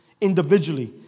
individually